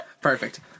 Perfect